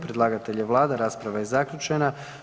Predlagatelj je Vlada RH, rasprava je zaključena.